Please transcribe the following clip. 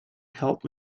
help